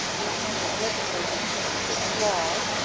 the kansas legislature changed its laws.